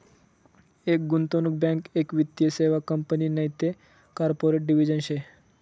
एक गुंतवणूक बँक एक वित्तीय सेवा कंपनी नैते कॉर्पोरेट डिव्हिजन शे